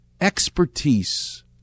expertise